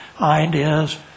ideas